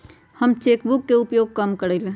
हम cheque book के उपयोग कम करइले